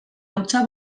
hautsa